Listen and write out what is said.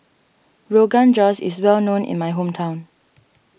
Rogan Josh is well known in my hometown